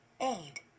Aid